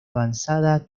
avanzada